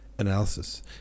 analysis